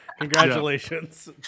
congratulations